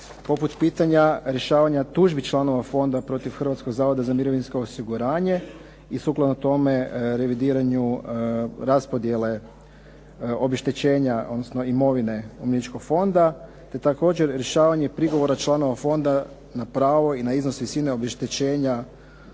poput pitanja rješavanja tužbi članova fonda protiv Hrvatskog zavoda za mirovinsko osiguranje i sukladno tome revidiranju raspodjele obeštećenja odnosno imovine umirovljeničkog fonda, te također rješavanje prigovora članova fonda za pravo na iznos visine obeštećenja